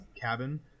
cabin